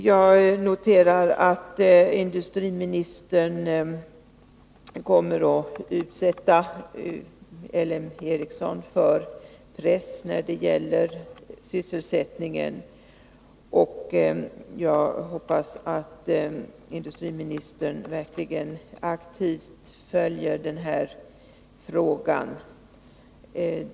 Jag noterar att industriministern kommer att utsätta ÅL M Ericsson för press när det gäller sysselsättningen. Och jag hoppas att industriministern verkligen aktivt följer den här frågan.